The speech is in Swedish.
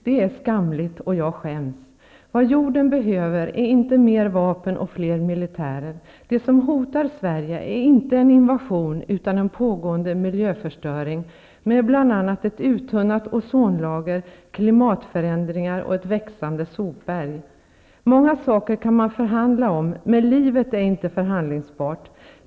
Det är skamligt, och jag skäms. Vad jorden behöver är inte mer vapen och fler militärer. Det som hotar Sverige är inte en invasion utan en pågående miljöförstöring, med bl.a. ett uttunnat ozonlager, klimatförändringar och ett växande sopberg. Många saker kan man förhandla om, men livet är inte förhandlingsbart.